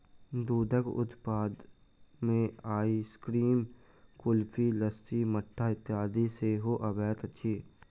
दूधक उत्पाद मे आइसक्रीम, कुल्फी, लस्सी, मट्ठा इत्यादि सेहो अबैत अछि